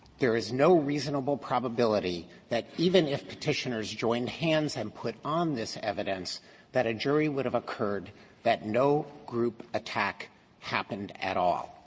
there is no reasonable probability that even if petitioners joined hands and put on this evidence that a jury would have occurred that no group attack happened at all.